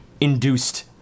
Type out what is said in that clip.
induced